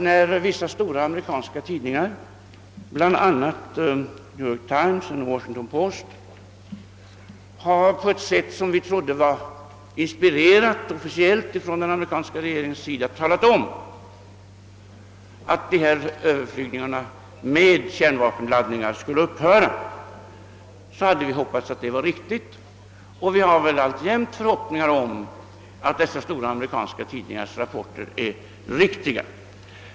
När vissa stora amerikanska tidningar, bl.a. New York Fimes och Washington Post, på ett sätt som vi trodde var officiellt inspirerat från den amerikanska regeringens sida, skrivit att överflygningarna med kärnvapenlaster skulle upphöra, hade vi hoppats att dessa uppgifter var riktiga. Vi har alltjämt förhoppningar om att dessa stora amerikanska tidningars rapporter är korrekta.